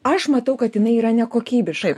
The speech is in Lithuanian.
aš matau kad jinai yra nekokybiška